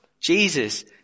Jesus